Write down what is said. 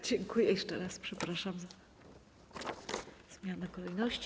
Dziękuję, jeszcze raz przepraszam za zmianę kolejności.